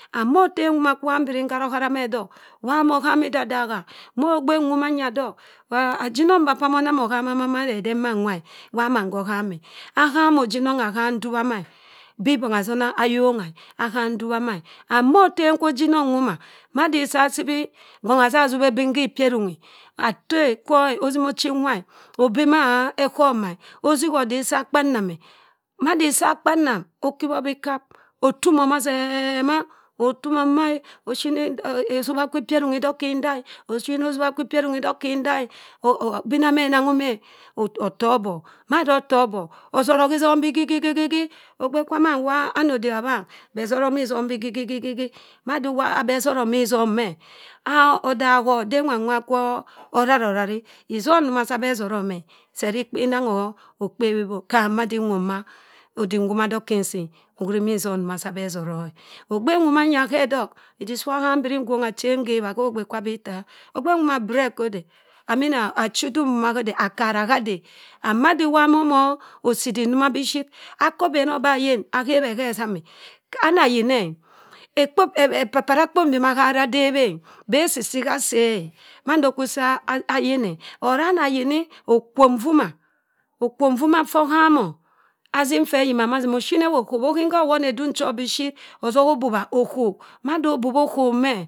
. And mo atem nwoma kwu ham biri nharo-ohara meh dok. waa mohami ididagha, mo ogbe nwo manya dok ajinong mba p'mo eno hama madiden manwa wa mann hoham e. Aham ojinong aham nduwa ma e. Bi bongha asona ayongha e. aham ndubha ma e. And mo otem kwa ajinong nwoma, madi isa si bii bongha zza subebin khi ipyerunghi. Atte kwo osima ochi-nwa e obeh ma eghomma e osigho di saa akpannam e. madi saa kpannam, okibho bii kap, otumoh ma seh. ma, otumoh, mbi mma e, osobha kwa ipyerunghi oshini ndokhi ntah e. oshini osubha kwi ipyerunghi ndok khi ntah e. Bina meh nanghum e. otto abok, mada otto obok, ozoro khi izong bii gigigigigi. ogbe kwa mann wa ana odik abhang, beh zoro khi isong bii gigigigi mada iwa beh soro mi isong meh odagho dey nwa-nwa kwo ararorari, isong ndoma sibeh soroh meh seh jii inangho okpebhi bii ham mada nning ma, adik ngwoma ndoki insi e. ohuri isong nsoma sibeh asoro e ogbe nwo manya heh odok, idik si iwa ham mbri ngwongha achen nghebha, gho ogbe kwa abii ittaa. agbe nwoma, bread kho ode. Amin achidugh mboma hadeh akara hadeh. And midi monoh sii idik njoh maship, akka obeni bii mayinn aghebhe hezame, ana ayini e. ekpo, epapara kpo mbyo hareh adep eh. beh osisi hasii e. mando kwu sa ayinn e. But ana yini, okwo nvo maa, okwo nvoma ffoh hamoh azim ffe ayima ma si ma oshini ewu eghobha. oghenha owon edeing cho bishit osini obubha oghok. and mada obubho aghok meh.